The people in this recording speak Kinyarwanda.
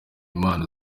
impano